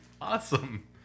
awesome